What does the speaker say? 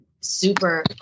super